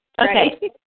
Okay